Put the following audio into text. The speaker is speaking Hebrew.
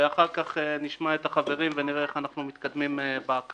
ואחר כך נשמע את החברים ונראה איך אנחנו מתקדמים בהקראה.